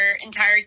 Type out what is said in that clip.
entire